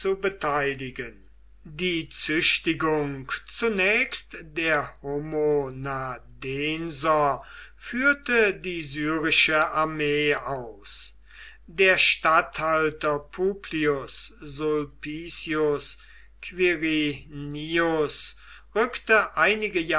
zu beteiligen die züchtigung zunächst der homonadenser führte die syrische armee aus der statthalter publius sulpicius quirinius rückte einige